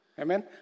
Amen